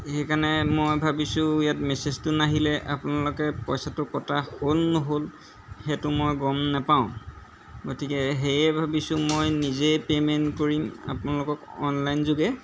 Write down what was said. সেইকাৰণে মই ভাবিছোঁ ইয়াত মেছেজটো নাহিলে আপোনালোকে পইচাটো কটা হ'ল নহ'ল সেইটো মই গম নাপাওঁ গতিকে সেয়ে ভাবিছোঁ মই নিজেই পে'মেণ্ট কৰিম আপোনালোকক অনলাইন যোগে